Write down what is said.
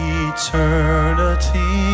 eternity